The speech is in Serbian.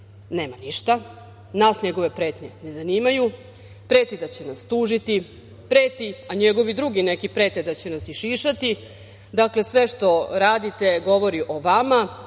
nema ništa. Nas njegove pretnje ne zanimaju. Preti da će nas tužiti, preti, a njegovi drugi neki prete da će nas i šišati. Dakle, sve što radite, govori o vama. Rekoh